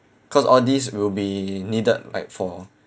cause all these will be needed like for